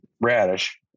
radish